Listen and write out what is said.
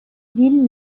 villes